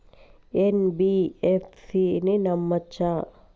NBFC ని నమ్మచ్చా?